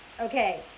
okay